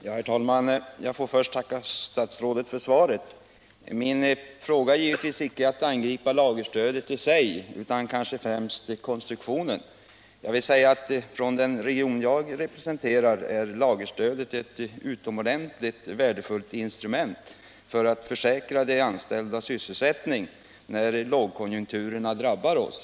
Herr talman! Jag får först tacka statsrådet för svaret på min fråga. Min avsikt är givetvis icke att angripa lagerstödet i sig utan kanske främst konstruktionen. I den region jag representerar är lagerstödet ett utomordentligt värdefullt instrument för att tillförsäkra de anställda syssel sättning när lågkonjunkturerna drabbar oss.